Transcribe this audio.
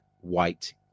White